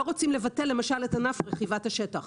אנחנו לא רוצים לבטל את ענף רכיבת השטח.